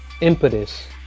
impetus